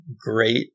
great